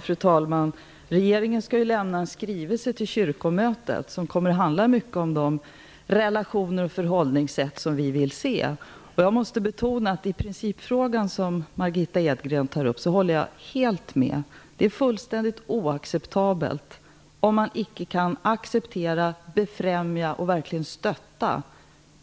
Fru talman! Regeringen skall lämna en skrivelse till kyrkomötet som kommer att handla mycket om de relationer och förhållningssätt som vi vill se. Jag måste betona att i den principfråga som Margitta Edgren tar upp håller jag helt med. Det är helt oacceptabelt om man icke kan acceptera, befrämja och verkligen stötta